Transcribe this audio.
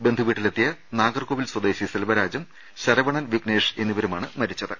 ബന്ധുവീട്ടിലെത്തിയ നാഗർകോവിൽ സ്വദേശി സെൽവരാജും ശരവണൻ വിഗ്നേഷ് എന്നിവരുമാണ് മരിച്ചത്